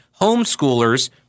homeschoolers